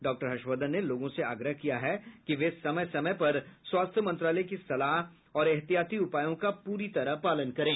doctor Harshvardhan ने लोगों से आग्रह किया कि वे समय समय पर स्वास्थ्य मंत्रालय की सलाह और ऐहतियाती उपायों का पूरी तरह पालन करें